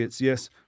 yes